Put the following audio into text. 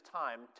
time